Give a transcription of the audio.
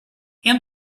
and